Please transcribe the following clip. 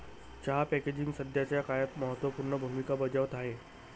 चहा पॅकेजिंग सध्याच्या काळात महत्त्व पूर्ण भूमिका बजावत आहे